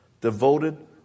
Devoted